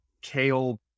kale